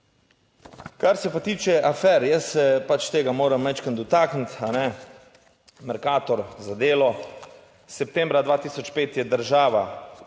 Kar se pa tiče afer, jaz se pač tega moram majčkeno dotakniti. Mercator za Delo. Septembra 2005 je država